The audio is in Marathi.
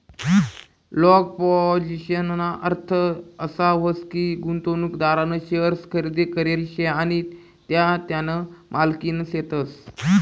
लाँग पोझिशनना अर्थ असा व्हस की, गुंतवणूकदारना शेअर्स खरेदी करेल शे आणि त्या त्याना मालकीना शेतस